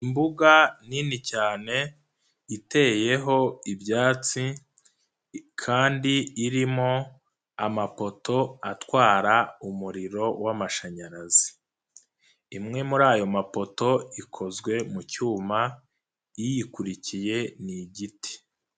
Imbuga nini cyane iteyeho ibyatsi kandi irimo amapoto atwara umuriro w'amashanyarazi, imwe muri ayo mapoto ikozwe mu cyuma iyikurikiye ni igiti.